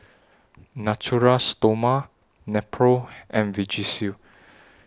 Natura Stoma Nepro and Vagisil